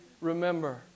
remember